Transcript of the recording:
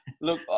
look